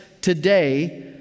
today